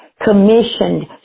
commissioned